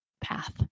path